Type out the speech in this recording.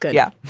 yeah.